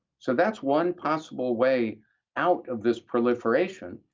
so that's one possible way out of this proliferation,